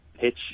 pitch